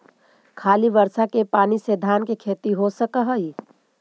खाली बर्षा के पानी से धान के खेती हो सक हइ?